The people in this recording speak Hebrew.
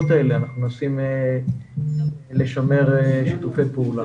האלה אנחנו מנסים לשמר שיתופי פעולה.